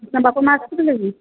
ତାଙ୍କ ବାପାମାଆ ଆସିଥିଲେ କି